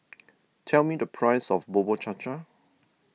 tell me the price of Bubur Cha Cha